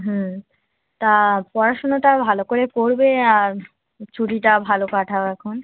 হুম তা পড়াশুনোটা ভালো করে করবে আর ছুটিটা ভালো কাটাও এখন